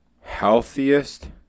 Healthiest